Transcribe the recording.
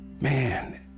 Man